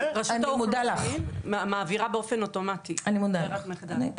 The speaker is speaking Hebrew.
כי רשות האוכלוסין באופן אוטומטי כברירת מחדל.